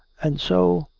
and so,